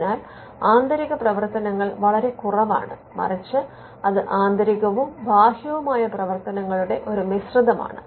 അതിനാൽ ആന്തരിക പ്രവർത്തനങ്ങൾ വളരെ കുറവാണ് മറിച്ച് അത് ആന്തരികവും ബാഹ്യവുമായ പ്രവർത്തനങ്ങളുടെ ഒരു മിശ്രിതമാണ്